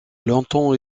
longtemps